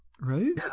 right